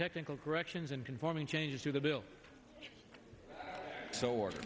technical corrections and conforming changes to the bill so or